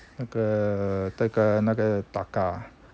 那个那个那个 taka